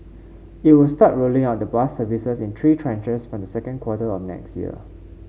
it will start rolling out the bus services in three tranches from the second quarter of next year